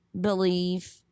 believe